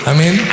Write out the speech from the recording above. Amen